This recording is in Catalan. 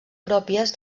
pròpies